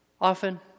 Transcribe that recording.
often